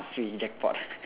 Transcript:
swee jackpot